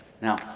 Now